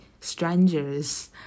strangers